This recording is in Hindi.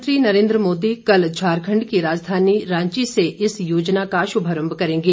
प्रधानमंत्री नरेंद्र मोदी कल झारखंड की राजधानी रांची से इस योजना का शुभारम्भ करेंगे